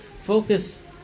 focus